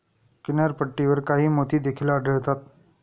किनारपट्टीवर काही मोती देखील आढळतात